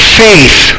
faith